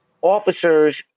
officers